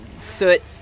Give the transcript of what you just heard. soot